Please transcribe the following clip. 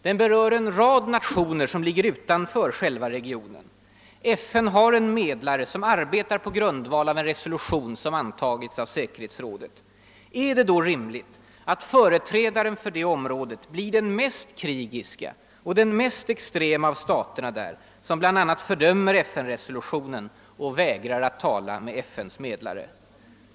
Den berör en rad nationer som ligger utanför själva regionen. FN har en medlare som arbetar på grundval av en resolution som antagits av säkerhetsrådet. är det då rimligt att företrädaren för det om rådet blir den mest krigiska och extrema av staterna där, som bl.a. fördömer FN-resolutionen och vägrar att tala med FN:s medlare?